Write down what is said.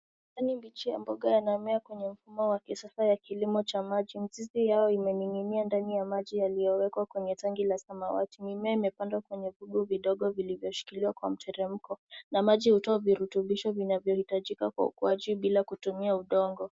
Majani mbichi ya mboga yanamea kwenye mfumo wa kisasa ya kilimo cha maji. Mizizi yao imeningia kwenye tangi la samawati .Mimea imepandwa kwenye vibuyu vidogo vilivyoshikiliwa kwa mteremko. Na maji hutoa virutubisho vinavyohitajika kwa ukuaji bila kutumia udongo.